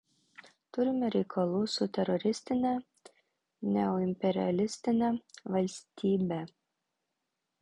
turime reikalų su teroristine neoimperialistine valstybe